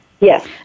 Yes